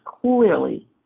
clearly